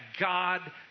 God